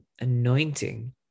anointing